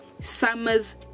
summer's